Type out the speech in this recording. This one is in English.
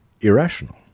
irrational